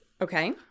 Okay